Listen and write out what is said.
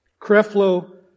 Creflo